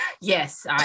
yes